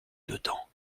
dedans